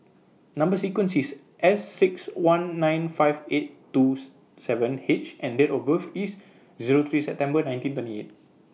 Number sequence IS S six one nine five eight twos seven H and Date of birth IS Zero three September nineteen twenty eight